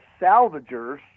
salvagers